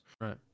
right